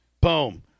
Boom